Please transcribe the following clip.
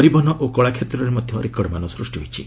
ପରିବହନ ଓ କଳା କ୍ଷେତ୍ରରେ ମଧ୍ୟ ରେକର୍ଡ଼ମାନ ସୂଷ୍ଟି ହୋଇଛି